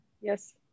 Yes